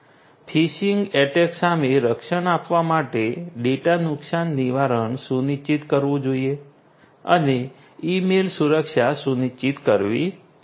fishing attack સામે રક્ષણ આપવા માટે ડેટા નુકશાન નિવારણ સુનિશ્ચિત કરવું જોઈએ અને ઈમેલ સુરક્ષા સુનિશ્ચિત કરવી જોઈએ